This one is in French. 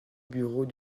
bureau